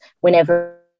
whenever